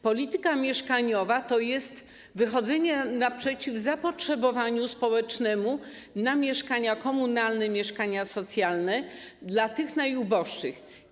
Polityka mieszkaniowa to jest wychodzenie naprzeciw zapotrzebowaniu społecznemu na mieszkania komunalne, mieszkania socjalne dla tych najuboższych.